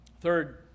Third